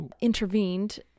intervened